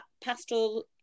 pastoral